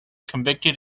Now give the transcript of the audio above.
convicted